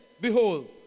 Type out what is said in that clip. behold